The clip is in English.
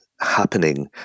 happening